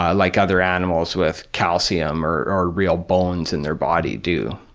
ah like other animals with calcium or or real bones in their body do.